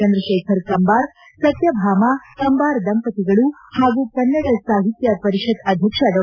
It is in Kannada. ಚಂದ್ರಶೇಖರ ಕಂಬಾರ ಸತ್ಯಭಾಮಾ ಕಂಬಾರ ದಂಪತಿಗಳು ಹಾಗೂ ಕನ್ನಡ ಸಾಹಿತ್ಯ ಪರಿಷತ್ ಅಧ್ಯಕ್ಷ ಡಾ